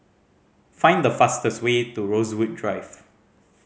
find the fastest way to Rosewood Drive